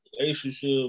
relationship